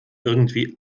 irgendwie